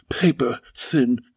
paper-thin